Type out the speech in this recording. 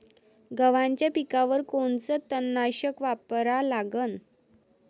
गव्हाच्या पिकावर कोनचं तननाशक वापरा लागन?